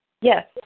Yes